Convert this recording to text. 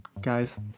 Guys